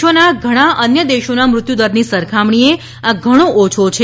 વિશ્વના ઘણા અન્ય દેશોના મૃત્યુદરની સરખામણીએ આ ઘણો ઓછો છે